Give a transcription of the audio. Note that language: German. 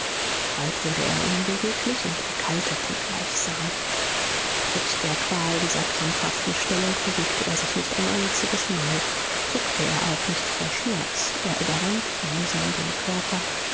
bald wurde er unbeweglich und erkaltete gleichsam trotz der qual dieser krampfhaften stellung bewegte er sich nicht ein einziges mal zuckte er auch nicht vor schmerz er überwand langsam den körper